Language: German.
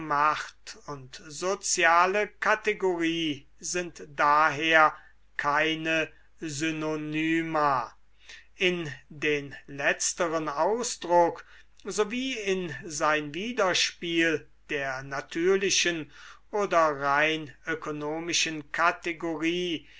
macht und soziale kategorie sind daher keine synonyma in den letzteren ausdruck sowie in sein widerspiel der natürlichen oder rein ökonomischen kategorie